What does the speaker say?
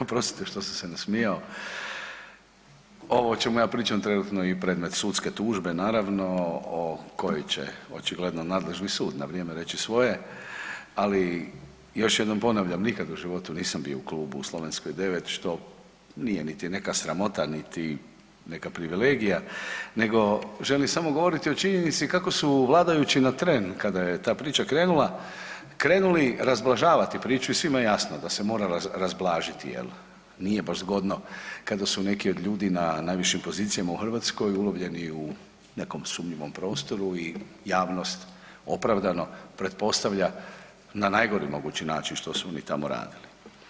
Oprostite što sam se nasmijao ovo o čemu ja pričam trenutno je i predmet sudske tužbe naravno o kojoj će očigledno nadležni sud na vrijeme reći svoje, ali još jednom ponavljam nikad u životu nisam bio u klubu u Slovenskoj 9 što nije niti neka sramota, niti neka privilegija, nego želim samo govoriti o činjenici kako su vladajući na tren kada je ta priča krenula, krenuli razblažavati priču i svima je jasno da se mora razblažiti jel nije baš zgodno kada su neki od ljudi na najvišim pozicijama u Hrvatskoj ulovljeni u nekom sumnjivom prostoru i javnost opravdano pretpostavlja na najgori mogući način što su oni tamo radili.